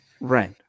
Right